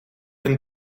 een